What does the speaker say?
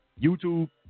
YouTube